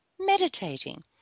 meditating